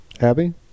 Abby